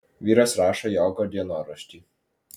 vyras rašo jogo dienoraštį